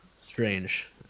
strange